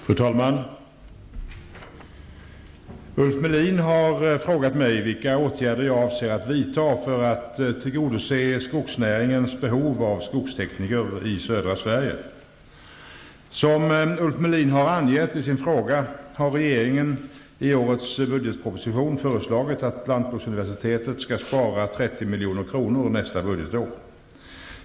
Fru talman! Ulf Melin har frågat mig vilka åtgärder jag avser att vidta för att tillgodose skogsnäringens behov av skogstekniker i södra Sverige. Som Ulf Melin har angett i sin fråga har regeringen i årets budgetproposition föreslagit att Lantbruksuniversitetet skall spara 30 milj.kr. nästa budgetår.